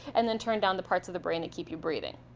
and then turn down the parts of the brain that keep you breathing.